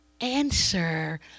answer